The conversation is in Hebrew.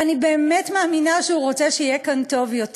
ואני באמת מאמינה שהוא רוצה שיהיה כאן טוב יותר.